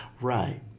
Right